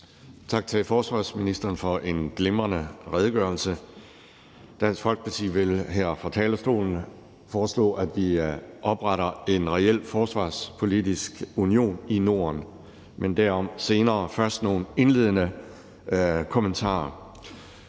Tak til forsvarsministeren for en glimrende redegørelse. Dansk Folkeparti vil her fra talerstolen foreslå, at vi opretter en reel forsvarspolitisk union i Norden, men derom senere. Først har jeg nogle indledende kommentarer.